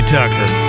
Tucker